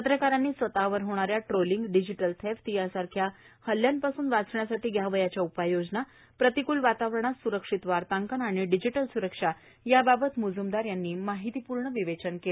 पत्रकारांनी स्वतःवर होणाऱ्या ट्रोलिंग डिजीटल थेफ्ट यासारख्या हल्ल्यापासून वाचण्यासाठी घ्यावयाच्या उपाययोजना प्रतिकूल वातावरणात सुरक्षित वार्ताकन आणि डिजिटल सुरक्षा याबाबत मुजुमदार यांनी माहितीपूर्ण विवेचन केलं